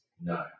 no